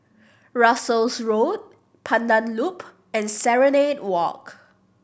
Russels Road Pandan Loop and Serenade Walk